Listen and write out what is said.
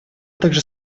также